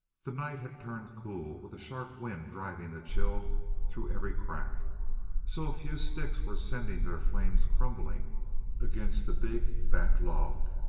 the night had turned cool, with a sharp wind driving the chill through every crack so a few sticks were sending their flames crumbling against the big back log.